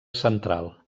central